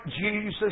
Jesus